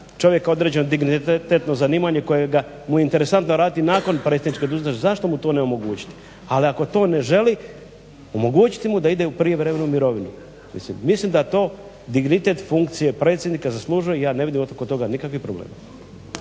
čovjek određeno dignitetno zanimanje koje mu je interesantno raditi nakon predsjedničke dužnosti zašto mu to ne omogućiti. Ali ako to ne želi omogućiti da ide u prijevremenu mirovinu. Mislim da to dignitet funkcije predsjednika zaslužuje i ja ne vidim oko toga nikakvih problema.